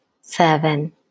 seven